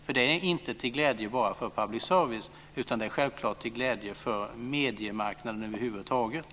Det är nämligen inte till glädje bara för public service, utan det är självfallet till glädje för mediemarknaden över huvud taget.